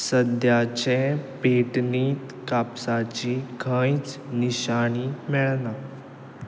सद्याचे पेटनीत कापसाची खंयच निशाणी मेळना